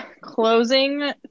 Closing